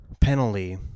penalty